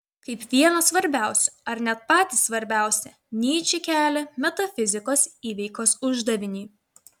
kaip vieną svarbiausių ar net patį svarbiausią nyčė kelia metafizikos įveikos uždavinį